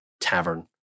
tavern